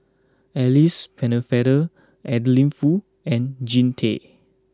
Alice Pennefather Adeline Foo and Jean Tay